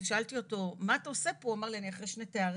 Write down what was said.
ושאלתי אותו 'מה אתה עושה פה?' הוא אמר לי 'אני אחרי שני תארים,